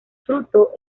fruto